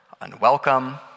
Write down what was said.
unwelcome